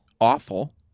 awful